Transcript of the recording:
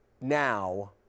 now